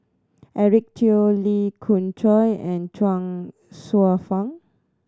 Eric Teo Lee Khoon Choy and Chuang Hsueh Fang